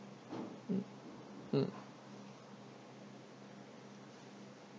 mm mm